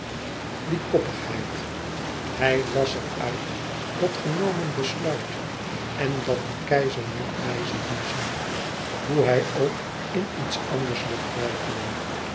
die koppigheid hij las er uit dat genomen besluit en dat de keizer niet wijzigen zoû hoe hij ook in iets anders mocht weifelen